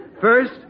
First